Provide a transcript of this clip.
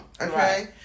okay